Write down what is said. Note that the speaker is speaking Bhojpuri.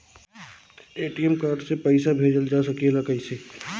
ए.टी.एम कार्ड से पइसा भेजल जा सकेला कइसे?